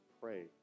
pray